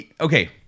Okay